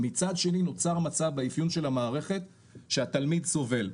מצד שני נותר חדש באפיון של המערכת שהתלמיד סובל,